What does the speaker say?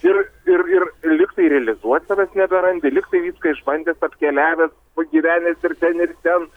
ir ir ir lygtai realizuot savęs neberandi lygtai viską išbandęs apkeliavęs pagyvenęs ir ten ir ten